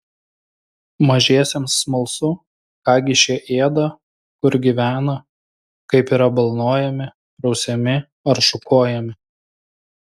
mažiesiems smalsu ką gi šie ėda kur gyvena kaip yra balnojami prausiami ar šukuojami